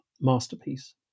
masterpiece